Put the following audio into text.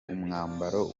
umwambaro